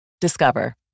Discover